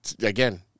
again